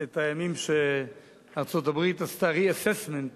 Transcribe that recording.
את הימים שבהם ארצות-הברית עשתה reassessment,